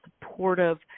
supportive